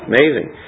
Amazing